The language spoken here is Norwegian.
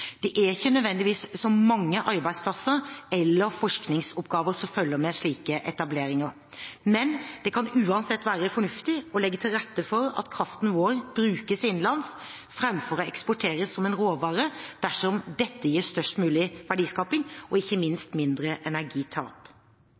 Det er ikke nødvendigvis så mange arbeidsplasser eller forskningsoppgaver som følger med slike etableringer. Men det kan uansett være fornuftig å legge til rette for at kraften vår brukes innenlands, fremfor å eksporteres som en råvare dersom dette gir størst mulig verdiskaping og ikke minst mindre energitap.